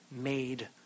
made